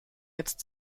jetzt